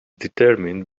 determined